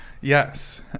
Yes